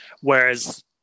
Whereas